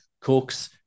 Cooks